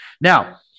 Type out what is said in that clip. Now